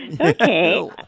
Okay